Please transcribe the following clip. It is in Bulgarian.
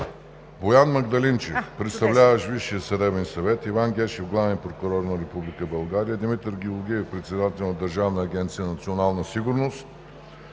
Боян Магдалинчев – представляващ Висшия съдебен съвет, Иван Гешев – главен прокурор на Република България, Димитър Георгиев – председател на Държавна агенция „Национална сигурност“,